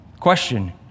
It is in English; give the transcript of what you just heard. Question